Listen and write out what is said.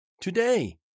today